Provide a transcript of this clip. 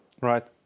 Right